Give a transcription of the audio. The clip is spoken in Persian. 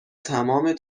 تمام